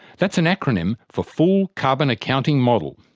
that's an acronym for full carbon accounting model.